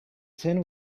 tin